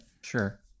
Sure